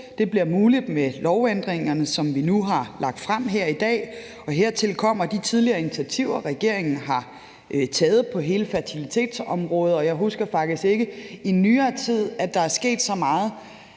Det bliver muligt med lovændringerne, som vi nu har lagt frem her i dag, og hertil kommer de tidligere initiativer, som regeringen har taget på hele fertilitetsområdet. Jeg husker faktisk ikke, at der i nyere tid er sket så mange